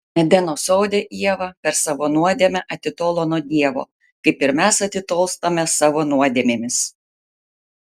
edeno sode ieva per savo nuodėmę atitolo nuo dievo kaip ir mes atitolstame savo nuodėmėmis